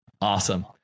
Awesome